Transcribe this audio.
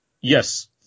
Yes